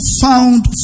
found